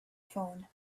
phone